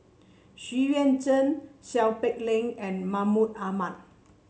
Xu Yuan Zhen Seow Peck Leng and Mahmud Ahmad